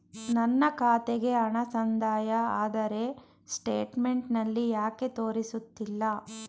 ನನ್ನ ಖಾತೆಗೆ ಹಣ ಸಂದಾಯ ಆದರೆ ಸ್ಟೇಟ್ಮೆಂಟ್ ನಲ್ಲಿ ಯಾಕೆ ತೋರಿಸುತ್ತಿಲ್ಲ?